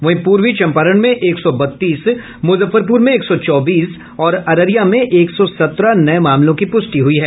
वहीं पूर्वी चंपारण में एक सौ बत्तीस मुजफ्फरपुर में एक सौ चौबीस और अररिया में एक सौ सत्रह नये मामलों की प्रष्टि हुई है